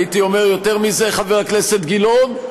הייתי אומר יותר מזה, חבר הכנסת גילאון,